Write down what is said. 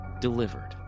delivered